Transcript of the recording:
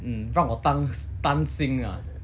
mm 让我担担心啊